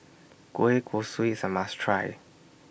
Kueh Kosui IS A must Try